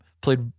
Played